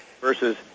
versus